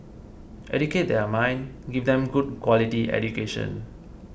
educate their mind give them good quality education